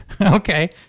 Okay